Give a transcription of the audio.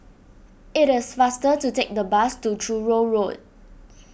it is faster to take the bus to Truro Road